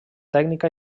tècnica